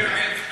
של משרד הפנים.